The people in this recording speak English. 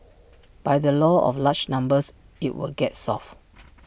by the law of large numbers IT will get solved